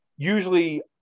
usually